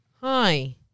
Hi